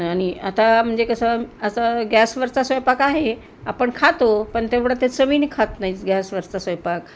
आणि आता म्हणजे कसं असं गॅसवरचा स्वयंपाक आहे आपण खातो पण तेवढं ते चवीने खात नाही गॅसवरचा स्वयंपाक